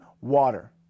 water